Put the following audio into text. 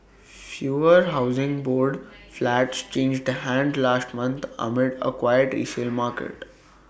fewer Housing Board flats changed hands last month amid A quiet resale market